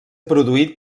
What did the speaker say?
produït